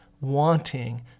wanting